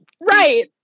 right